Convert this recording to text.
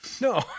No